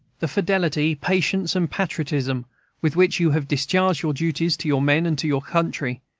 the fidelity, patience, and patriotism with which you have discharged your duties, to your men and to your country,